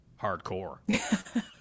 hardcore